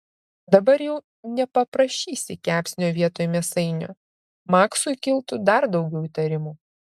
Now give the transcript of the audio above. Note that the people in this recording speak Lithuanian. dabar jau nepaprašysi kepsnio vietoj mėsainio maksui kiltų dar daugiau įtarimų